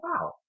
wow